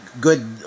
good